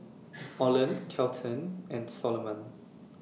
Oland Kelton and Soloman